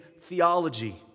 theology